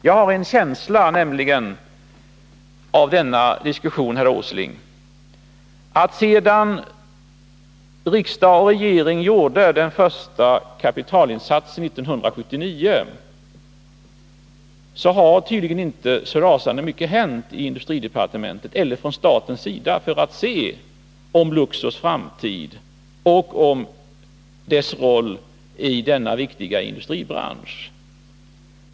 Jag har, herr Åsling, under diskussionen fått en känsla av att sedan riksdag och regering 1979 gjorde den första kapitalinsatsen har inte så rasande mycket hänt i industridepartementet eller från statens sida för att se om Luxors framtid och dess roll i denna viktiga industribransch.